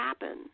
happen